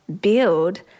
build